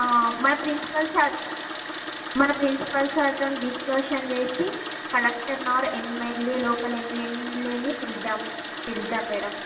మన principal sir మన principal sir తోని డిస్కషన్ చేసి కలెక్టర్ ఓర్ ఎమ్ఎల్ఏని లోకల్ ఎమ్ఎల్ఏని పిలుద్దాం పిలుద్దాం మేడం